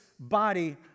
body